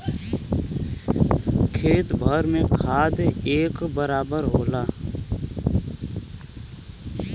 खेत भर में खाद एक बराबर होला